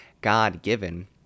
God-given